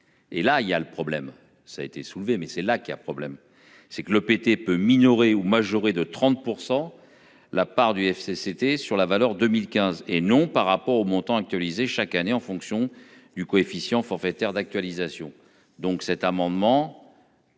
Et là il y a le problème ça a été soulevée, mais c'est là qu'il a problème, c'est que le PT peu minoré ou majoré de 30% la part du FC c'était sur la valeur 2015 et non par rapport au montant actualisé chaque année en fonction du coefficient forfaitaire d'actualisation donc cet amendement.--